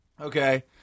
Okay